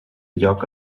lloc